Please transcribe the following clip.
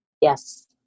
yes